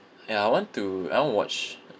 ya I want to l want to watch